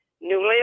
newly